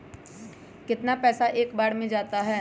कितना पैसा एक बार में जाता है?